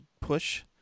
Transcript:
push